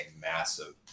massive